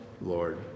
Lord